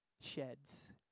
sheds